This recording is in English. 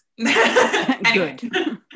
Good